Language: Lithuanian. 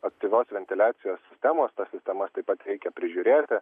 aktyvios ventiliacijos sistemos tas sistemas taip pat reikia prižiūrėti